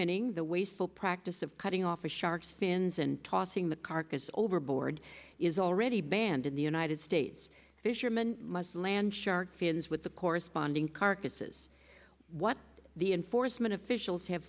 finning the wasteful practice of cutting off a shark fins and tossing the carcass overboard is already banned in the united states fisherman land shark fins with the corresponding carcasses what the enforcement officials have